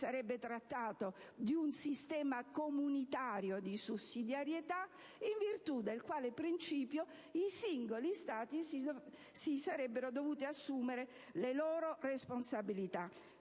sarebbe trattato di un sistema comunitario di sussidiarietà in virtù del quale i singoli Stati si sarebbero dovuti assumere le loro responsabilità.